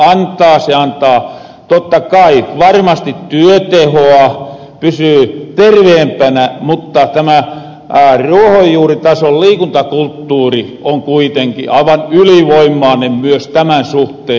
se antaa totta kai varmasti työtehoa pysyy terveempänä mutta tämä ruohonjuuritason liikuntakulttuuri on kuitenkin aivan ylivoimaanen myös tämän suhteen